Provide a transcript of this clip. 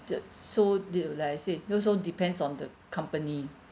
that's so the like I said also depends on the company